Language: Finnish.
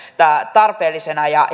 tarpeellisena ja